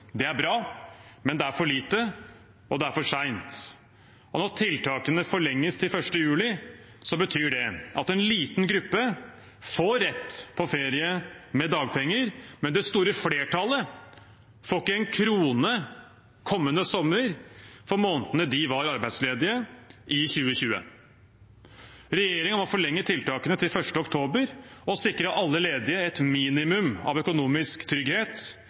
Det er bra, men det er for lite, og det er for sent. Når tiltakene forlenges til 1. juli, betyr det at en liten gruppe får rett på ferie med dagpenger, men det store flertallet får ikke en krone kommende sommer for månedene de var arbeidsledige i 2020. Regjeringen må forlenge tiltakene til 1. oktober og sikre alle ledige et minimum av økonomisk trygghet